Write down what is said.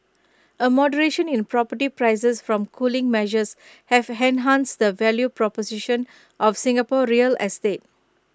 A moderation in property prices from cooling measures have enhanced the value proposition of Singapore real estate